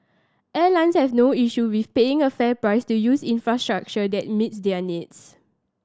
airlines have no issue with paying a fair price to use infrastructure that meets their needs